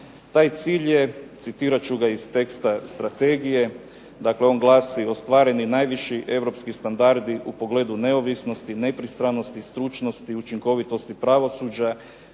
Taj cilj je, citirat ću ga iz teksta strategije, dakle on glasi ostvareni najviši europski standardi u pogledu neovisnosti, nepristranosti, stručnosti, učinkovitosti pravosuđa,